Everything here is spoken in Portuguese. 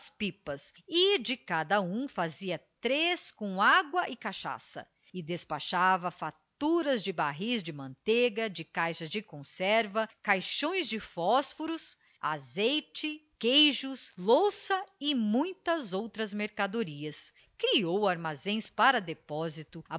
pipas e de cada uma fazia três com água e cachaça e despachava faturas de barris de manteiga de caixas de conserva caixões de fósforos azeite queijos louça e muitas outras mercadorias criou armazéns para depósito